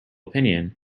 opinion